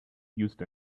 used